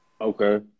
Okay